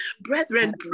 Brethren